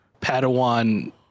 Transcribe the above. Padawan